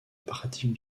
pratique